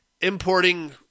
importing